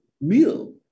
meal